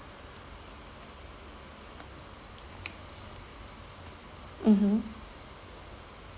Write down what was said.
mmhmm